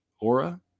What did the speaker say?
Aura